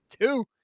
two